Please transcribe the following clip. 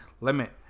limit